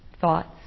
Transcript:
thoughts